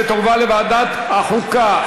ותועבר לוועדת החוקה,